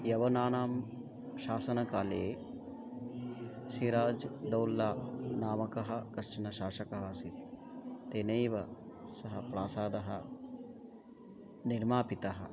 यवनानां शासनकाले सिराज् दौल्ला नामकः कश्चन शासकः आसीत् तेनैव सः प्रासादः निर्मापितः